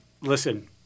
listen